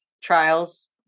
trials